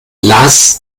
las